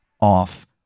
off